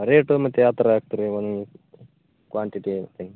rate ಮತ್ತು ಯಾವ ಥರ ಹಾಕ್ತಿರಿ ಒನ್ ಕ್ವಾಂಟಿಟಿ ಏನು ಹೆಂಗೆ